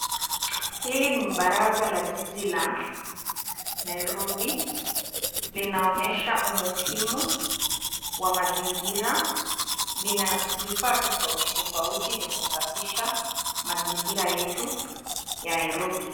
Hili ni baraza la jiji la Nairobi. Linaonyesha umuhimu wa mazingira. Vina vifaa tofauti tofauti vya kusafisha mazingira yetu ya Nairobi.